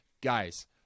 guys